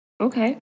Okay